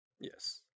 Yes